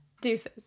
deuces